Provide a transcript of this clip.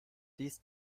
dies